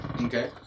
Okay